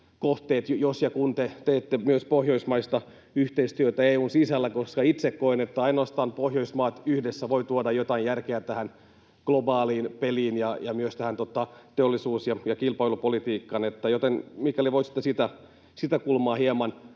jos ja kun te teette myös pohjoismaista yhteistyötä EU:n sisällä? Itse koen, että ainoastaan Pohjoismaat yhdessä voivat tuoda jotain järkeä tähän globaaliin peliin ja myös teollisuus- ja kilpailupolitiikkaan, joten olisi hyvä, mikäli voisitte sitä kulmaa hieman